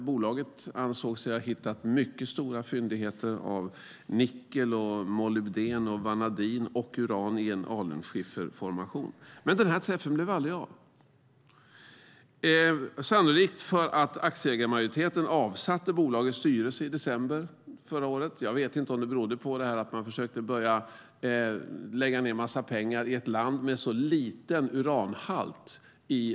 Bolaget ansåg sig ha hittat mycket stora fyndigheter av nickel, molybden, vanadin och uran i en alunskifferformation. Men träffen blev aldrig av. Det var sannolikt för att aktieägarmajoriteten avsatte bolagets styrelse i december förra året. Jag vet inte om det berodde på att styrelsen försökte lägga en mängd pengar i ett land som har en så liten uranhalt i malmen.